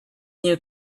new